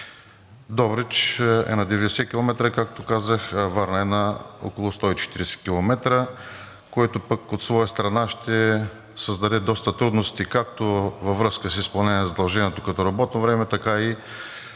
Добрич е на 90 км, както казах, а Варна е на около 140 км, което пък от своя страна ще създаде доста трудности както във връзка с изпълнение на задължението им като работно време, така и